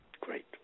Great